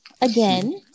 again